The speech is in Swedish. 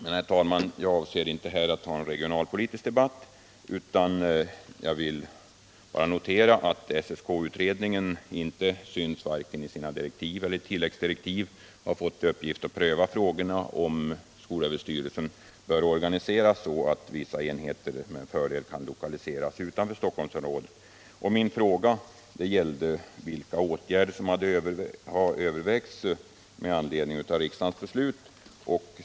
Men, herr talman, jag avser inte att här ta upp en regionalpolitisk debatt, utan jag vill bara notera att SSK-utredningen varken i direktiv eller i tilläggsdirektiv synes ha fått till uppgift att pröva frågan om skolöverstyrelsen — Nr 81 bör organiseras så att vissa enheter med fördel kan lokaliseras utanför Torsdagen den Stockholmsområdet. 16 februari 1978 Min fråga gällde vilka åtgärder som har övervägts med anledning av riksdagens beslut.